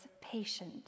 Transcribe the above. patient